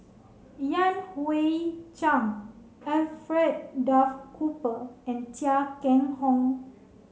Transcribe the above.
Yan Hui Chang Alfred Duff Cooper and Chia Keng Hock